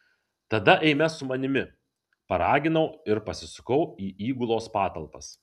tada eime su manimi paraginau ir pasisukau į įgulos patalpas